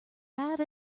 have